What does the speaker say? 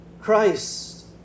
Christ